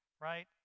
right